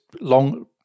long